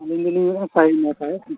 ᱟᱹᱞᱤᱧ ᱫᱚᱞᱤᱧ ᱢᱮᱱᱮᱜᱼᱟ